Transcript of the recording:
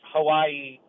Hawaii